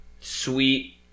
sweet